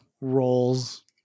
roles